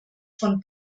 von